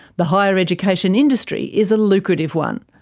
the higher education industry is a lucrative one.